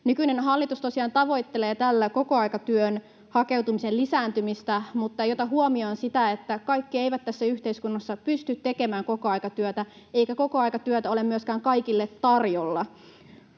Nykyinen hallitus tosiaan tavoittelee tällä kokoaikatyöhön hakeutumisen lisääntymistä, mutta ei ota huomioon sitä, että kaikki eivät tässä yhteiskunnassa pysty tekemään kokoaikatyötä, eikä kokoaikatyötä ole myöskään kaikille tarjolla.